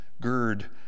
gird